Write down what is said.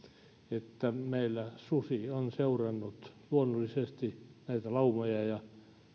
että meillä susi on seurannut luonnollisesti näitä laumoja ja